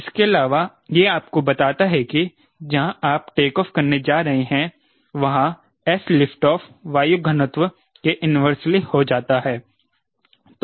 इसके अलावा यह आपको बताता है कि जहां आप टेक ऑफ करने जा रहे हैं वहां s लिफ्ट ऑफ वायु घनत्व के इन्वर्सेली हो जाता है